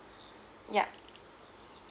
yup